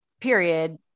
period